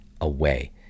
away